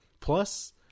Plus